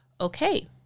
okay